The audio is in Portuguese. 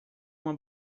uma